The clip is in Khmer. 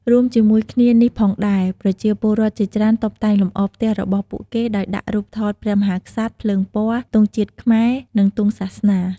រួមជាមួយគ្នានេះផងដែរ ប្រជាពលរដ្ឋជាច្រើនតុបតែងលម្អផ្ទះរបស់ពួកគេដោយដាក់រូបថតព្រះមហាក្សត្រ ភ្លើងពណ៌ ទង់ជាតិខ្មែរ និងទង់សាសនា។